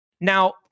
Now